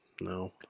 no